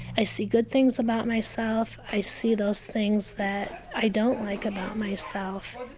i see good things about myself i see those things that i don't like about myself.